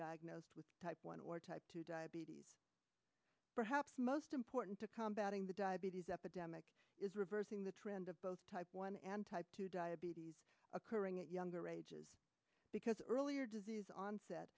diagnosed with type one or type two diabetes perhaps most important to combating the diabetes epidemic is reversing the trend of both type one and type two diabetes occurring at younger ages because earlier disease onset